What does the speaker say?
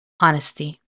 Honesty